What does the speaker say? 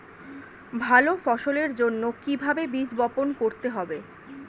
ভালো ফসলের জন্য কিভাবে বীজ বপন করতে হবে?